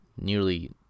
nearly